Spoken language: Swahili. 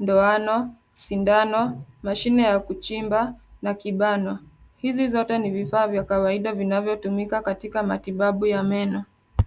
ndoano, sindano, mashini ya kuchimba na kibanwa hizi zote ni vifaa vya kawaida vinavyotumika katika matibabu ya meno.